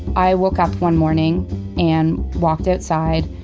i woke up one morning and walked outside,